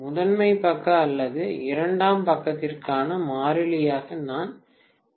முதன்மை பக்க அல்லது இரண்டாம் பக்கத்திற்கான மாறிலியாக நான் கே